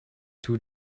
two